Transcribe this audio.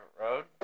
road